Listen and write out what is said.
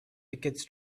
tickets